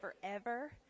forever